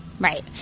Right